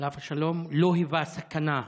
עליו השלום, לא היווה סכנה.